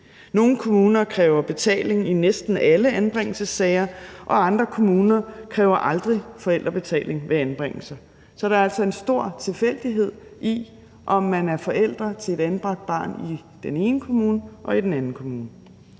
Nogle kommuner kræver betaling i næsten alle anbringelsessager, og andre kommuner kræver aldrig forældrebetaling ved anbringelser. Så der er altså en stor tilfældighed i, om man er forældre til et anbragt barn i den ene kommune eller i den anden kommune.